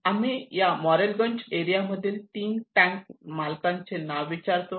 आम्ही लोकांना या मॉरेलगंज एरिया मधील तीन टँक मालकांचे नावे विचारतो